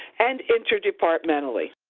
and interdepartmentally